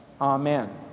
Amen